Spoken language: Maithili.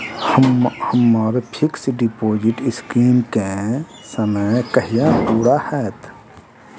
हम्मर फिक्स डिपोजिट स्कीम केँ समय कहिया पूरा हैत?